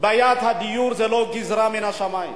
בעיית הדיור היא לא גזירה מן השמים.